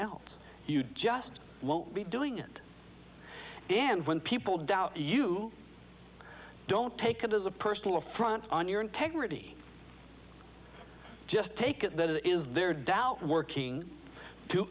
else you just won't be doing it and when people doubt you don't take it as a personal affront on your integrity just take it that it is their doubt working to